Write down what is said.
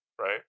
right